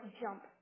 jump